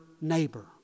neighbor